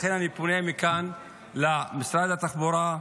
לכן אני פונה מכאן למשרד התחבורה,